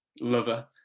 lover